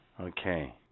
Okay